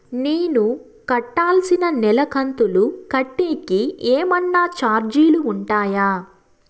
నేను కట్టాల్సిన నెల కంతులు కట్టేకి ఏమన్నా చార్జీలు ఉంటాయా?